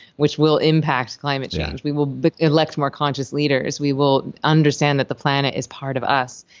which will impact climate change. we will elect more conscious leaders. we will understand that the planet is part of us,